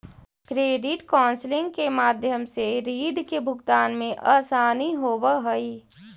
credit counselling के माध्यम से रीड के भुगतान में असानी होवऽ हई